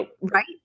right